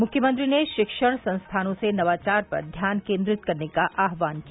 मुख्यमंत्री ने शिक्षण संस्थानों से नवाचार पर ध्यान केन्द्रित करने का आह्वान किया